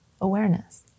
awareness